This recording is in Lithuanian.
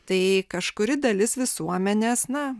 tai kažkuri dalis visuomenės na